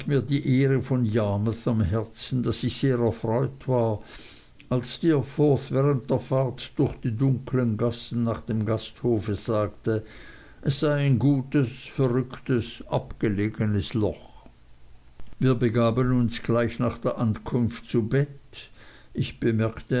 mir die ehre von yarmouth am herzen daß ich sehr erfreut war als steerforth während der fahrt durch die dunklen gassen nach dem gasthof sagte es sei ein gutes verrücktes abgelegenes loch wir begaben uns gleich nach der ankunft zu bett ich bemerkte